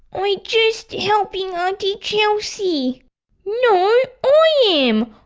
i just helping auntie chelsea no i am!